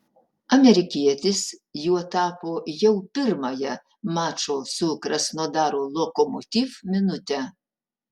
amerikietis juo tapo jau pirmąją mačo su krasnodaro lokomotiv minutę